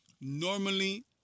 Normally